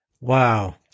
Wow